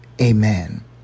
Amen